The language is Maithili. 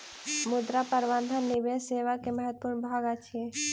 मुद्रा प्रबंधन निवेश सेवा के महत्वपूर्ण भाग अछि